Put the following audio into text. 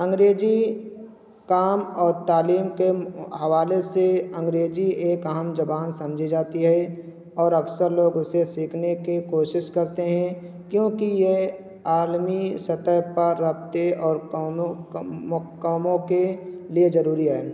انگریزی کام اور تعلیم کے حوالے سے انگریزی ایک اہم زبان سمجھی جاتی ہے اور اکثر لوگ اسے سیکھنے کی کوشش کرتے ہیں کیونکہ یہ عالمی سطح پر رابطے اور کاموں کے لیے ضروری ہے